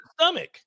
stomach